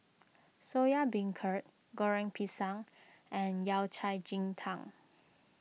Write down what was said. Soya Beancurd Goreng Pisang and Yao Cai Ji Tang